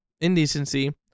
Indecency